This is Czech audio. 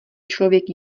člověk